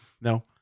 No